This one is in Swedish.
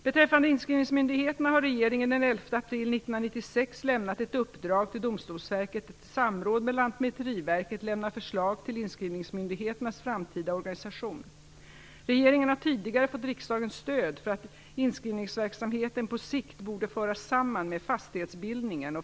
Beträffande inskrivningsmyndigheterna har regeringen den 11 april 1996 lämnat ett uppdrag till Domstolsverket att i samråd med Lantmäteriverket lämna förslag till inskrivningsmyndigheternas framtida organisation. Regeringen har tidigare (prop.